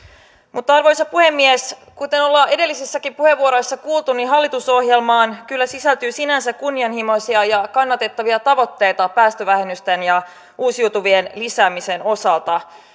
mutta arvoisa puhemies kuten ollaan edellisissäkin puheenvuoroissa kuultu hallitusohjelmaan kyllä sisältyy sinänsä kunnianhimoisia ja kannatettavia tavoitteita päästövähennysten ja uusiutuvien lisäämisen osalta